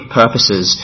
purposes